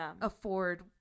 afford